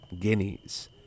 guineas